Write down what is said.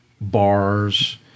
bars